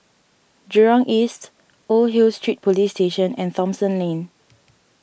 Jurong East Old Hill Street Police Station and Thomson Lane